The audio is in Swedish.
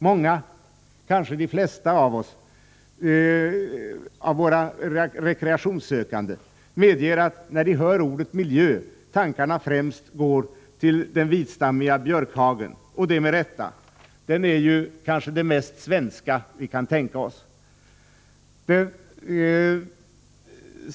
Många, kanske de flesta, av våra rekreationssökande medger att de när de hör ordet miljö först låter tankarna gå till den vitstammiga björkhagen — och det med rätta, för den är ju det mest svenska vi kan tänka oss.